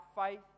faith